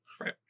right